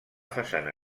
façana